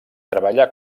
treballà